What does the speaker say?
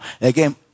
Again